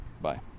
bye